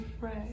Right